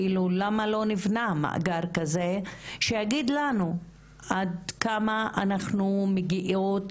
למה לא נבנה מאגר כזה שיגיד לנו עד כמה אנחנו מגיעות